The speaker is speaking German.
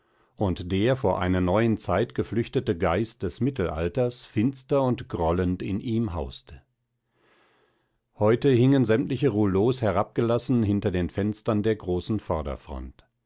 und der vor einer neuen zeit geflüchtete geist des mittelalters finster und grollend in ihm hauste heute hingen sämtliche rouleaus herabgelassen hinter den fenstern der großen vorderfront